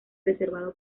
reservado